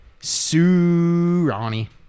Surani